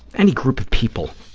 any group of people